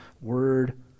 word